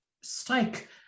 strike